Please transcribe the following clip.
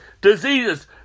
diseases